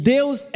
Deus